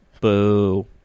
Boo